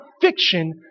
fiction